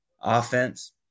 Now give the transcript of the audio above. offense